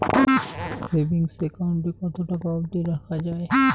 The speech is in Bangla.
সেভিংস একাউন্ট এ কতো টাকা অব্দি রাখা যায়?